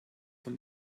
von